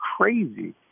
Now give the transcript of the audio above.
crazy